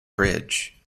bridge